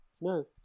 No